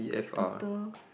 total